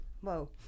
Whoa